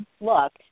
look